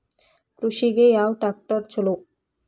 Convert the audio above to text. ಕೃಷಿಗ ಯಾವ ಟ್ರ್ಯಾಕ್ಟರ್ ಛಲೋ?